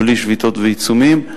בלי שביתות ועיצומים.